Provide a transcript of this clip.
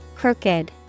Crooked